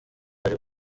bari